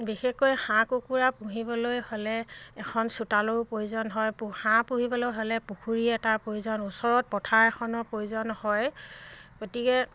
বিশেষকৈ হাঁহ কুকুৰা পুহিবলৈ হ'লে এখন চোতালৰো প্ৰয়োজন হয় হাঁহ পুহিবলৈ হ'লে পুখুৰী এটাৰ প্ৰয়োজন ওচৰত পথাৰ এখনৰ প্ৰয়োজন হয় গতিকে